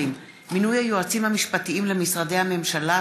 20) (מינוי היועצים המשפטיים למשרדי הממשלה),